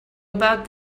about